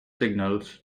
signals